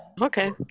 Okay